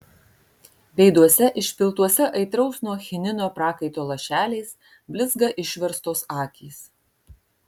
veiduose išpiltuose aitraus nuo chinino prakaito lašeliais blizga išverstos akys